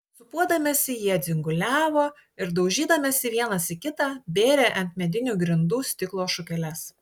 sūpuodamiesi jie dzinguliavo ir daužydamiesi vienas į kitą bėrė ant medinių grindų stiklo šukeles